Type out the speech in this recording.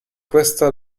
questo